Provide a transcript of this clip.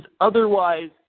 otherwise